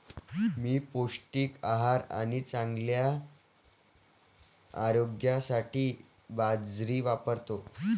मी पौष्टिक आहार आणि चांगल्या आरोग्यासाठी बाजरी वापरतो